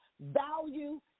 Value